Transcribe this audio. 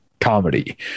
comedy